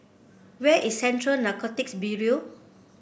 where is Central Narcotics Bureau